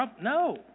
No